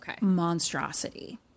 monstrosity